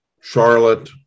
Charlotte